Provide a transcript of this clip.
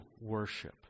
worship